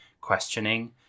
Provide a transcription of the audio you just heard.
questioning